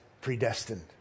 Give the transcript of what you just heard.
predestined